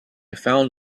found